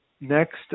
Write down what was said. next